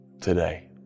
Today